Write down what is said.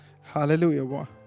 Hallelujah